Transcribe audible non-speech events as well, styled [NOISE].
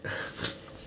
[LAUGHS]